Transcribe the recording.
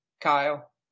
Kyle